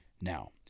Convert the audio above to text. Now